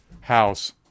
house